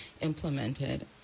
implemented